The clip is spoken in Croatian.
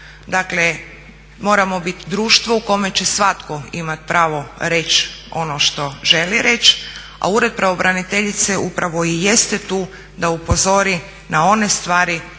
Dakle, moramo biti društvo u kojem će svatko imati pravo reći ono što želi reći, a Ured pravobraniteljice upravo i jeste tu da upozori na one stvari